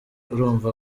urumva